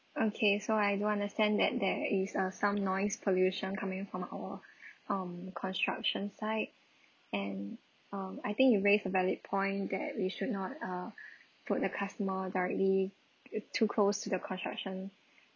okay so I do understand that there is uh some noise pollution coming from our um construction site and um I think you raise a valid point that we should not uh put the customer directly too close to the construction